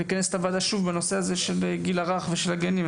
נכנס את הוועדה שוב לטובת הנושא של הגיל הרך והגנים.